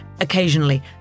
occasionally